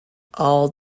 all